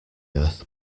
earth